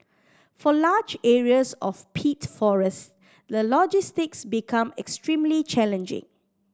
for large areas of peat forest the logistics become extremely challenging